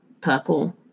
Purple